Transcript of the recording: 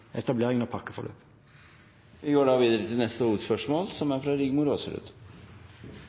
av pakkeforløpet. Vi går videre til neste hovedspørsmål.